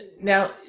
now